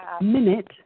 minute